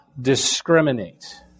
discriminate